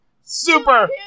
Super